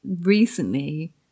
recently